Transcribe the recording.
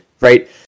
right